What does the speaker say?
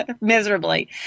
miserably